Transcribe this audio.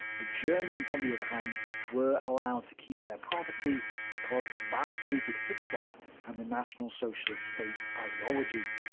the germans on the other hand were allowed to keep their property because that suited hitler and the national socialist state's ideology,